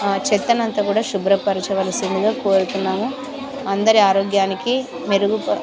చెత్తనంతా కూడా శుభ్రపరిచవలసిందిగా కోరుతున్నాము అందరి ఆరోగ్యాన్ని మెరుగు